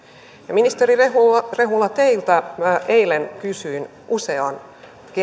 ministeri rehula rehula teiltä eilen kysyin useamman